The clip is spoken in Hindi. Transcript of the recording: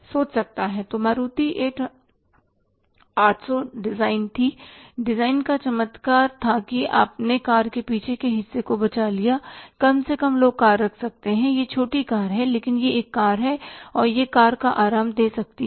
तो मारुति 800 डिजाइन थी डिजाइन का चमत्कार था कि आपने कार के पीछे के हिस्से को बचा लिया कम से कम लोग कार रख सकते हैं यह छोटी कार है लेकिन यह एक कार है और यह कार का आराम दे सकती है